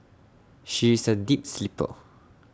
she is A deep sleeper